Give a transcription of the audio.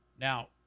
Now